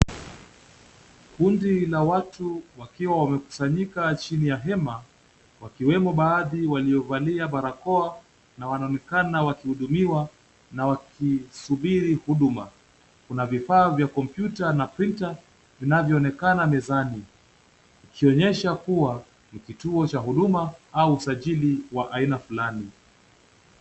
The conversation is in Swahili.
Kundi la watu wakiwa wamekusanyika chini ya vyema, wakiwemo baadhi waliovalia barakoa na wanaonekana wakiudumiwa na wakisubiri huduma, kuna vifaa vya computer[cs na printer vinavyoonekana mezani, kuonyesha kua ni kituo cha huduma au usajili wa aina fulani.